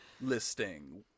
listing